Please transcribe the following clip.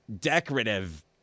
decorative –